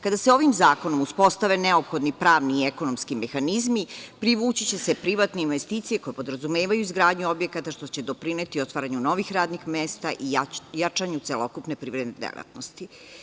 Kada se ovim zakonom uspostave neophodni pravni i ekonomski mehanizmi, privući će se privatne investicije, koje podrazumevaju izgradnju objekata, što će doprineti otvaranju novih radnih mesta i jačanju celokupne privredne delatnosti.